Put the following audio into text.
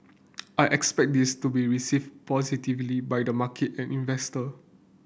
I expect this to be received positively by the market and investor